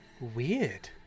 Weird